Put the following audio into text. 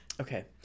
Okay